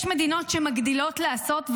יש מדינות שמגדילות לעשות,